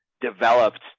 developed